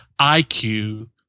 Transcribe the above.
IQ